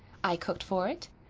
i cooked for it.